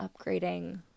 upgrading